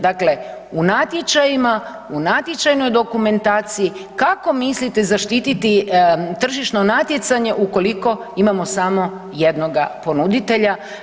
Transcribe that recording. Dakle, u natječajima, u natječajnoj dokumentaciji kako mislite zaštititi tržišno natjecanje ukoliko imamo samo jednoga ponuditelja?